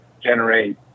generate